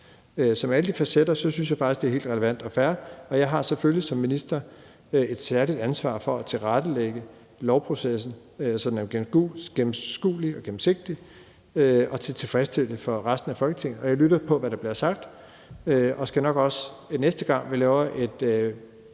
med alle de facetter synes jeg faktisk, det er helt relevant og fair, og jeg har selvfølgelig som minister et særligt ansvar for at tilrettelægge lovprocessen, så den er gennemskuelig og gennemsigtig og tilfredsstillende for resten af Folketinget, og jeg lytter til, hvad der bliver sagt, og skal nok også, næste gang vi laver et